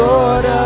Lord